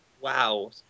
Wow